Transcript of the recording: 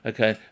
Okay